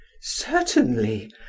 Certainly